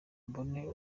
mbone